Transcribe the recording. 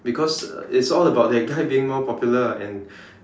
because it's all about that guy being more popular and